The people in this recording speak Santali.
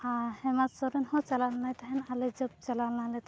ᱟᱨ ᱦᱮᱢᱟᱞ ᱥᱚᱨᱮᱱ ᱦᱚᱸ ᱪᱟᱞᱟᱣ ᱞᱮᱱᱟᱭ ᱛᱟᱦᱮᱱ ᱟᱞᱮ ᱡᱚᱵ ᱪᱟᱞᱟᱣ ᱞᱮᱱᱟᱞᱮ ᱛᱟᱦᱮᱱ